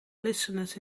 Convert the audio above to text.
listeners